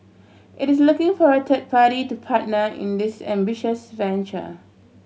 it is looking for a third party to partner in this ambitious venture